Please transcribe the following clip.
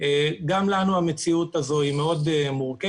גם לנו המציאות הזאת היא מאוד מורכבת,